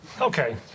Okay